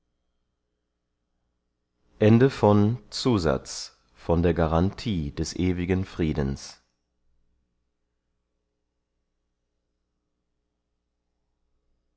von der garantie des ewigen friedens